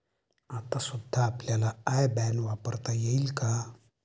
आता सुद्धा आपला आय बॅन वापरता येईल का?